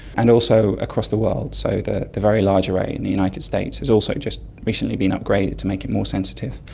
and also across the world, so the the very array in the united states has also just recently been upgraded to make it more sensitive.